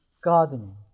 gardening